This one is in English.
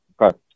Okay